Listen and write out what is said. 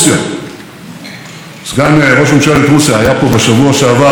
השנתי של הוועדות הכלכליות המשותפות שלנו.